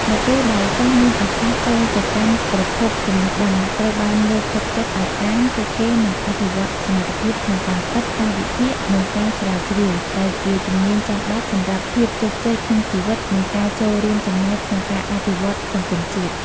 នៅពេលដែលសិស្សមានឱកាសចូលទៅកាន់ប្រភពចំណេះដឹង ត្រូវបានលើកទឹកចិត្តឱ្យអាន ពួកគេនឹងអភិវឌ្ឍសមត្ថភាពក្នុងការគិត ការវិភាគ និងការស្រាវជ្រាវ ដែលជាជំនាញចាំបាច់សម្រាប់ភាពជោគជ័យក្នុងជីវិត និងការចូលរួមចំណែកក្នុងការអភិវឌ្ឍសង្គមជាតិ។